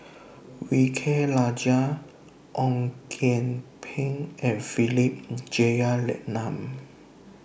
V K Rajah Ong Kian Peng and Philip Jeyaretnam